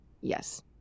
Yes